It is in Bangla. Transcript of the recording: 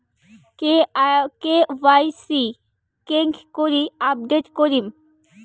কে.ওয়াই.সি কেঙ্গকরি আপডেট করিম?